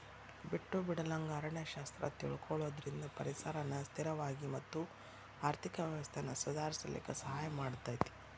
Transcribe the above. ಬಿಟ್ಟು ಬಿಡಲಂಗ ಅರಣ್ಯ ಶಾಸ್ತ್ರ ತಿಳಕೊಳುದ್ರಿಂದ ಪರಿಸರನ ಸ್ಥಿರವಾಗಿ ಮತ್ತ ಆರ್ಥಿಕ ವ್ಯವಸ್ಥೆನ ಸುಧಾರಿಸಲಿಕ ಸಹಾಯ ಮಾಡತೇತಿ